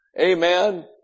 Amen